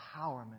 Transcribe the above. empowerment